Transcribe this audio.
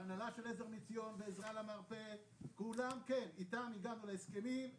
ההנהלה של עזר מציון ועזרה למרפא - איתם הגענו להסכמים.